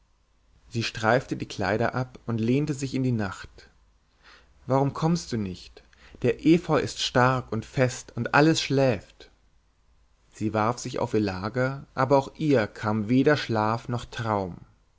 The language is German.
sie streifte die kleider ab und lehnte sich in die nacht warum kommst du nicht der efeu ist stark und fest und alles schläft sie warf sich auf ihr lager aber auch ihr kam weder schlaf noch traum